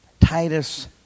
Titus